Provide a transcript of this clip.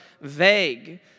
vague